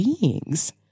beings